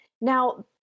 Now